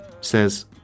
says